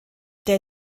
der